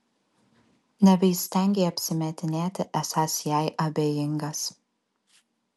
nebeįstengei apsimetinėti esąs jai abejingas